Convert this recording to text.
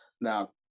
Now